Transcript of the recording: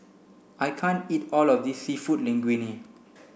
I can't eat all of this Seafood Linguine